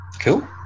cool